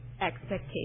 expectation